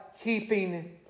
keeping